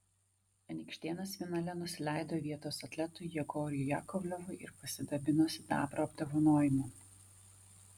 anykštėnas finale nusileido vietos atletui jegorui jakovlevui ir pasidabino sidabro apdovanojimu